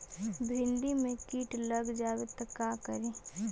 भिन्डी मे किट लग जाबे त का करि?